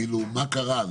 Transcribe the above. כאילו מה קרה.